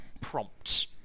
prompts